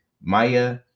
Maya